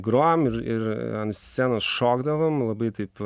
grojom ir ir ant scenos šokdavom labai taip